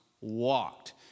walked